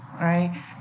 right